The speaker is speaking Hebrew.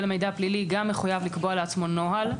מידע פלילי גם מחויב לקבוע לעצמו נוהל,